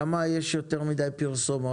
למה יש יותר מידי פרסומות?